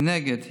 מנגד,